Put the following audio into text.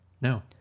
No